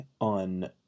on